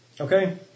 Okay